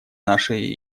наши